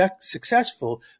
successful